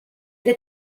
que